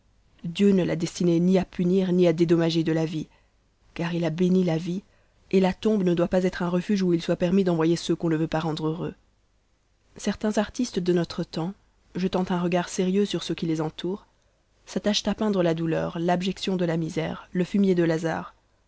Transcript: dieu ne l'a destinée ni à punir ni à dédommager de la vie car il a béni la vie et la tombe ne doit pas être un refuge où il soit permis d'envoyer ceux qu'on ne veut pas rendre heureux certains artistes de notre temps jetant un regard sérieux sur ce qui les entoure s'attachent à peindre la douleur l'abjection de la misère le fumier de lazare